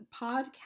podcast